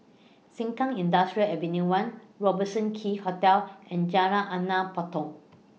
Sengkang Industrial Ave one Robertson Quay Hotel and Jalan Anak Patong